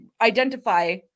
identify